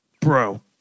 Bro